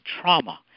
trauma